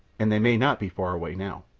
and they may not be far away now.